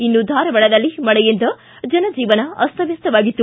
ಇನ್ನು ಧಾರವಾಡದಲ್ಲಿ ಮಳೆಯಿಂದ ಜನಜೀವನ ಅಸ್ತವ್ಯಸ್ಥವಾಗಿತ್ತು